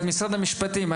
משרד המשפטים,